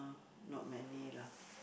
not many lah